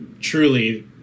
truly